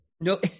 No